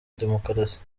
demokarasi